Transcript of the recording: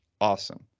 Awesome